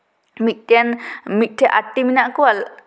ᱢᱤᱫᱴᱮᱱ ᱢᱤᱫᱴᱷᱮᱱ ᱟᱴᱴᱤ ᱢᱮᱱᱟᱜ ᱠᱚᱣᱟ ᱟᱨ